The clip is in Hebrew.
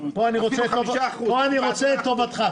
פה אני רוצה את טובתך,